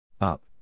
Up